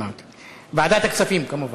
לוועדת הכספים, כמובן.